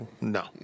No